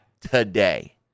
today